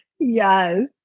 Yes